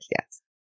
yes